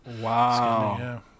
Wow